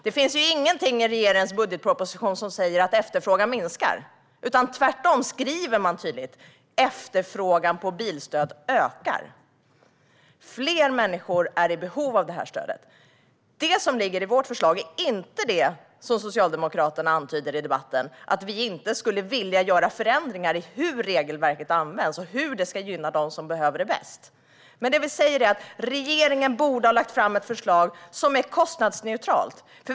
Det finns ingenting i regeringens budgetproposition som säger att efterfrågan minskar, utan tvärtom skriver man tydligt att efterfrågan på bilstöd ökar. Fler människor är i behov av detta stöd. Det som ligger i vårt förslag är inte det som Socialdemokraterna antyder i debatten, nämligen att vi inte vill göra förändringar när det gäller hur regelverket används och hur det ska gynna dem som behöver det bäst. Det vi säger är att regeringen borde ha lagt fram ett förslag som är kostnadsneutralt.